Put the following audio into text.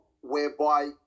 whereby